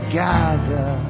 gather